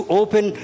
open